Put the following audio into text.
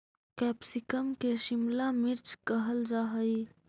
capsicum के शिमला मिर्च कहल जा हइ